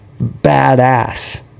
badass